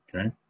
okay